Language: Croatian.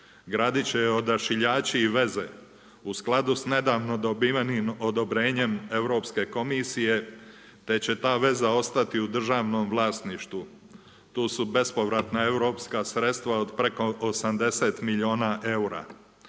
graditi će je odašiljači i veze u skladu sa nedavno dobivenim odobrenjem Europske komisije te će ta veza ostati u državnom vlasništvu. Tu su bespovratna europska sredstva od preko 70 milijuna eura.